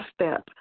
step